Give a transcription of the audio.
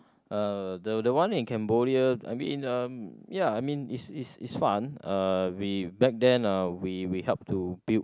uh the the one in Cambodia I mean uh ya I mean it's it's it's fun uh we back then uh we we help to build